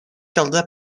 caldrà